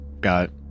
Got